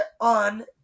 on